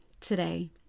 today